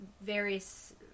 various